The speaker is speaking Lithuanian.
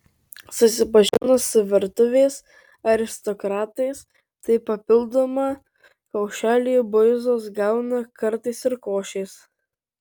susipažino su virtuvės aristokratais tai papildomą kaušelį buizos gauna kartais ir košės